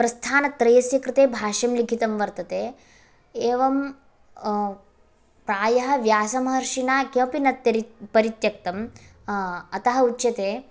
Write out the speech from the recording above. प्रस्थानत्रयस्य कृते भाष्यं लिखितं वर्तते एवं प्रायः व्यासमहर्षिणा किमपि न त्यरित् परित्यक्तम् अतः उच्यते